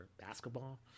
basketball